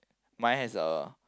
mine has a